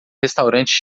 restaurante